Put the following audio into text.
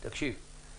יש לנו תיקים בעניין.